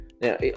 Now